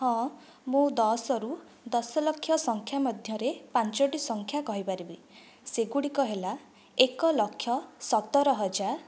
ହଁ ମୁଁ ଦଶରୁ ଦଶଲକ୍ଷ ସଂଖ୍ୟା ମଧ୍ୟରେ ପାଞ୍ଚୋଟି ସଂଖ୍ୟା କହିପାରିବି ସେଗୁଡ଼ିକ ହେଲା ଏକଲକ୍ଷ ସତର ହଜାର